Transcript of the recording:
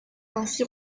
ainsi